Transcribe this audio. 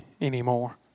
anymore